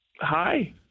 hi